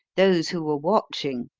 those who were watching,